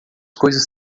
coisas